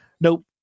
nope